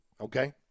okay